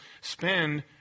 spend